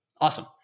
awesome